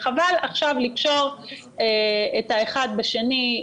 וחבל עכשיו לקשור את האחד בשני.